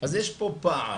אז יש פה פער